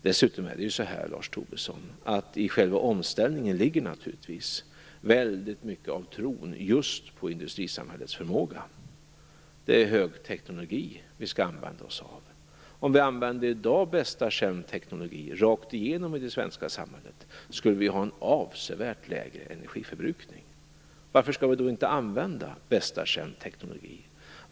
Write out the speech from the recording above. Dessutom är det naturligtvis så, Lars Tobisson, att det i själva omställningen ligger väldigt mycket av tro på industrisamarbetsförmåga. Det är högteknologi vi skall använda oss av. Om vi i dag rakt igenom i det svenska samhället använde bästa känd teknologi, skulle vi ha en avsevärt lägre energiförbrukning. Varför skall vi då inte använda bästa känd teknologi?